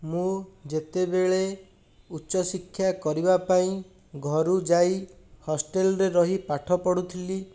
ମୁଁ ଯେତେବେଳେ ଉଚ୍ଚଶିକ୍ଷା କରିବା ପାଇଁ ଘରୁ ଯାଇ ହଷ୍ଟେଲରେ ରହି ପାଠ ପଢ଼ୁଥିଲି